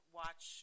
watch